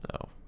No